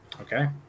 Okay